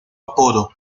apodo